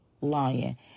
lying